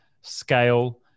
scale